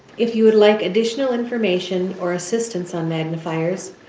if you would like additional information or assistance on magnifiers,